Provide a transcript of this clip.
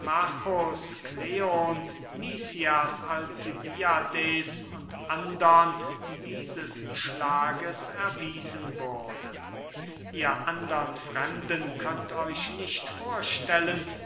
alcibiades und andern dieses schlages erwiesen wurde ihr andern fremden könnt euch nicht vorstellen